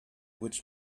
which